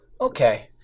Okay